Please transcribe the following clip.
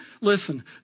listen